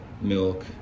milk